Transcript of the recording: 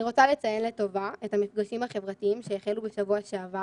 אני רוצה לציין לטובה את המפגשים החברתיים שהחלו בשבוע שעבר